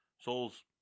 Souls